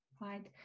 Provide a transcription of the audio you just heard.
right